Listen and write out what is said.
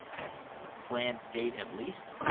that's the planned date at least,